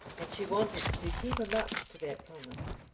and she wanted to keep him up to that promise.